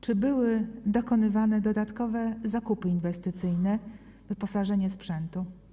Czy były dokonywane dodatkowe zakupy inwestycyjne, wyposażenie w sprzęt?